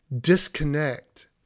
disconnect